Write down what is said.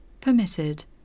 Permitted